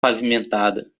pavimentada